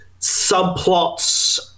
subplots